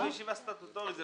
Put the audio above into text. זאת